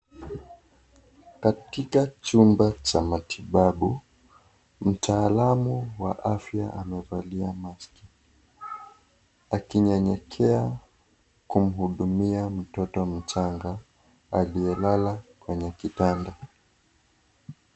Katika chumba cha matibabu , mtaalamu wa afya amevalia maski akinyenyekea kumhudumia mtoto mchanga aliyelala kwenye kitanda.